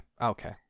Okay